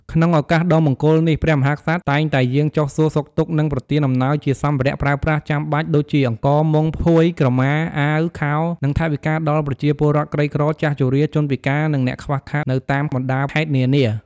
ក្នុងឱកាសដ៏មង្គលនេះ ព្រះមហាក្សត្រតែងតែយាងចុះសួរសុខទុក្ខ និងប្រទានអំណោយជាសម្ភារៈប្រើប្រាស់ចាំបាច់ដូចជា អង្ករ មុង ភួយ ក្រមា អាវ ខោ និងថវិកា ដល់ប្រជាពលរដ្ឋក្រីក្រ ចាស់ជរា ជនពិការ និងអ្នកខ្វះខាតនៅតាមបណ្តាខេត្តនានា។